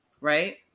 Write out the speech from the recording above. right